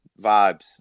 vibes